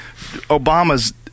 Obama's